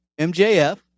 MJF